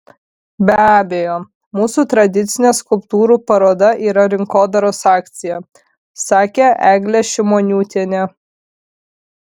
be abejo mūsų tradicinė skulptūrų paroda yra rinkodaros akcija sakė eglė šimoniūtienė